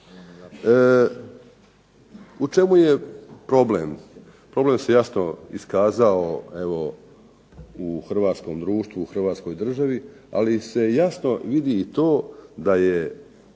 U čemu je problem? Problem se jasno iskazao u hrvatskom društvu, u Hrvatskoj državi ali se jasno vidi i to da je